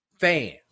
Fans